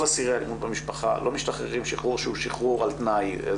אסירי אלמ"ב לא משתחררים שחרור שהוא שחרור על תנאי,